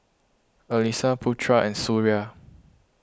Alyssa Putra and Suria